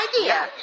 idea